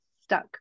stuck